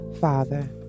Father